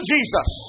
Jesus